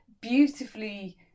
beautifully